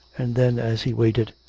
and then, as he avaited,